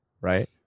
right